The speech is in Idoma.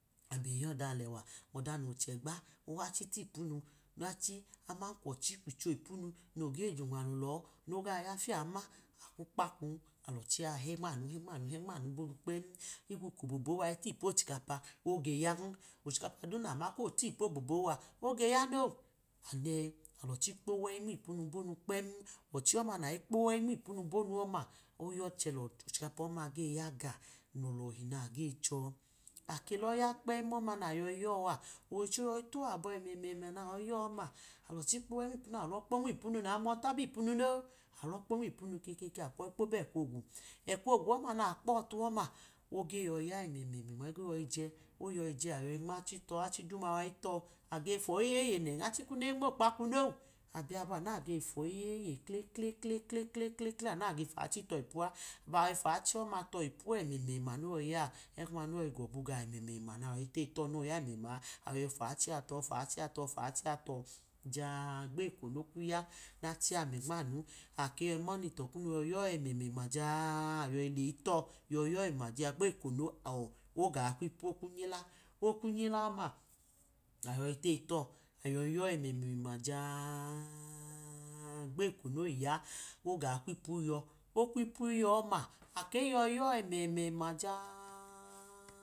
Ọda alẹwa, ọdan kowachi tipunu, achi aman kochi kwicho ipunu noge junwalu lọ no ga yafiyam ma, akwupakwuk, alọchi henmanu henmanu kpem higbo kobobo matichikapa oge yan, ochikapa du nama koge tibobo age yano, anẹ, alichi kpo wubobu nmepunu kpem, ọchi oma nayi ikpo wẹyi nmipunu bonu ọma, oya ochẹ loxhikapa ọma ge yaga. Lọlọhi nagechọ, ake lọya kpem ọma nayi yọa ocho yọyi tọabọ ẹmẹmẹma nayi yọa alọchi kpohẹ nmipunu alọkpo nmipunu nẹ amọta binu noo, alọ kpo nmipunu keke alọ kpo bẹ kwu ogwu, ekwu ogwu ọm nakpọtu ọma, oge yọyi mẹmẹma oyọyijẹ oyọyije ayọyi nmachi tọ, achi duma wayi tọ agefọ eyeyej nene, achi kunu ege nmọ ukpaknu non, aboyabọ anu age fọ eyeye klekleklekle anu nage fọ achi tọ ipua, aba yọyi fọ achi ọma tọ ipu ẹmẹmẹma nayọyi ya ẹgẹ ọma noyo̱yi gọbu ga ẹmẹmẹma nayọyi teyitọ noyọyi ya ẹmẹma ayọge fọ ochia to fọ achi a tọ, fọ achia tọ, ja-a gbeko nokunu ya, ja a gbeko nokunu yai nachi a mẹ nman ake yọyi mọnitọ yo̱yi yọ ẹmẹmẹma jaa ayọyi leyi tọ yọyi yọ ẹmẹma jaa gbeko ọ gbeko noga kmu ipu, okwu nyila, kwu nyila ọma, swallow saliva ayọyi teyi tọ ayọyi yọ ẹmẹme̱ma jaa agbeko noyi ya oga kwu ipu iyọ okwu ipu iyọ ọma ake yọyi yọ ẹmẹmẹma jaa.